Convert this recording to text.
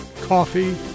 Coffee